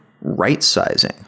right-sizing